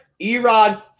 Erod